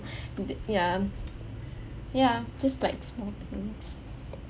the ya ya just like small things